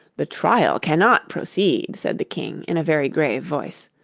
the trial cannot proceed said the king in a very grave voice,